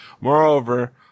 Moreover